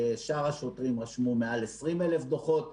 שאר השוטרים רשמו מעל 20,000 דוחות,